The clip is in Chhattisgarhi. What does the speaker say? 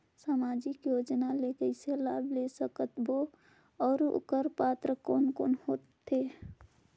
समाजिक योजना ले कइसे लाभ ले सकत बो और ओकर पात्र कोन कोन हो थे?